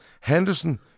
Henderson